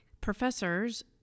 professors